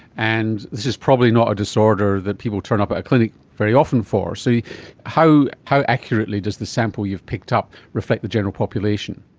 and this is probably not a disorder that people turn up at a clinic very often for. so how how accurately does this sample you've picked up reflect the general population?